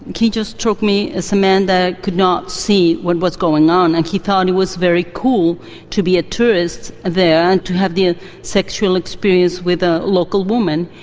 he just struck me as a man who could not see what was going on, and he thought it was very cool to be a tourist there and to have the ah sexual experience with a local woman.